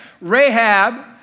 Rahab